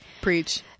preach